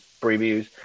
previews